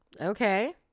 okay